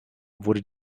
wurde